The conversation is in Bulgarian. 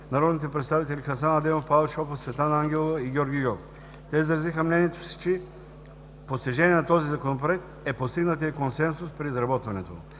народните представители, Хасан Адемов, Павел Шопов, Светлана Ангелова и Георги Гьоков. Те изразиха мнението си, че постижение на този Законопроект е постигнатия консенсус при изработването